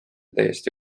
täiesti